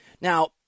Now